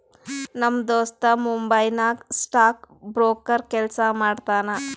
ನಮ್ ದೋಸ್ತ ಮುಂಬೈ ನಾಗ್ ಸ್ಟಾಕ್ ಬ್ರೋಕರ್ ಕೆಲ್ಸಾ ಮಾಡ್ತಾನ